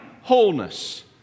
wholeness